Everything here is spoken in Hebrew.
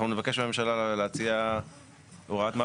אנחנו נבקש מהממשלה להציע הוראת מעבר.